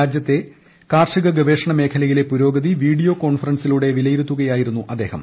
രാജ്യത്തെ കാർഷിക ഗവേഷണ ്ട്രമേഖലയിലെ പുരോഗതി വീഡിയോ കോൺഫറൻസിലൂടെ വിലയിരുത്തുകയായിരുന്നു അദ്ദേഹം